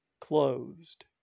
closed